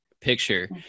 picture